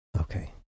Okay